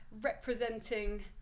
representing